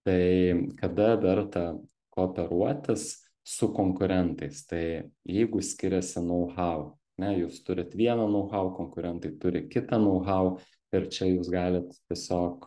tai kada verta kooperuotis su konkurentais tai jeigu skiriasi nou hau ne jūs turit vieną nou hau konkurentai turi kitą nou hau ir čia jūs galit tiesiog